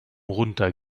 runter